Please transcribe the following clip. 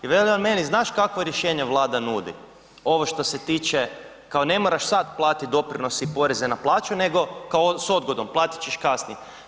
I veli on meni znaš kakvo rješenje Vlada nudi, ovo što se tiče, kao ne moraš sad platit doprinos i poreze na plaću nego s odgodom, platit ćeš kasnije.